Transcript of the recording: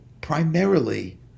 primarily